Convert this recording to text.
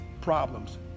problems